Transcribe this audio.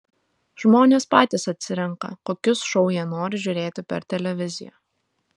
žmonės patys atsirenka kokius šou jie nori žiūrėti per televiziją